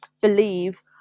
believe